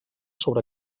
sobre